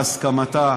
בהסכמתה,